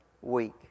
week